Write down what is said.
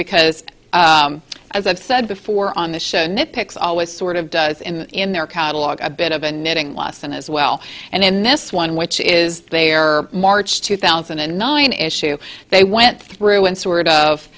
because as i've said before on the show a nit picks always sort of does in their catalog a bit of a knitting lesson as well and in this one which is their march two thousand and nine issue they went through and sort of